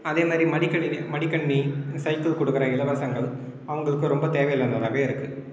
அதே மாதிரி மடிக்கணினி மடிக்கணினி சைக்கிள் கொடுக்குற இலவசங்கள் அவங்களுக்கு ரொம்ப தேவையுள்ளதாவே இருக்கும்